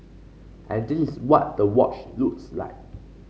and this is what the watch looks like